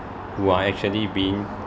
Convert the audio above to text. who are actually being